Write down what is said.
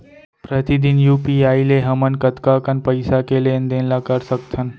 प्रतिदन यू.पी.आई ले हमन कतका कन पइसा के लेन देन ल कर सकथन?